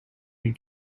you